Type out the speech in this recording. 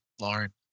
Lauren